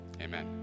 Amen